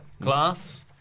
Glass